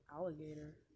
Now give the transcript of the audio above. alligator